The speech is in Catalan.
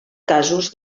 casos